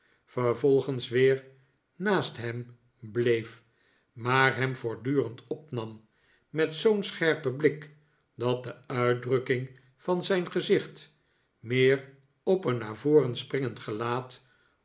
vervolgens weer naast hem bleef maar hem voortdurend opnam met zoo'n scherpen blik dat de uitdrukking van zijn gezicht meer op een naar voren springend gelaat